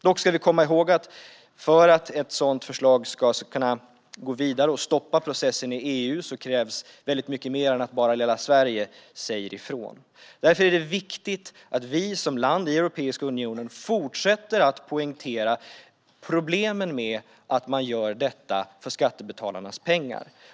Dock ska vi komma ihåg att för att ett sådant förslag ska kunna gå vidare och stoppa processen i EU krävs mycket mer än att bara lilla Sverige säger ifrån. Därför är det viktigt att vi som land i Europeiska unionen fortsätter att poängtera problemen med att man gör detta för skattebetalarnas pengar.